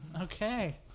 Okay